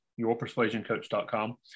yourpersuasioncoach.com